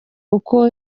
uko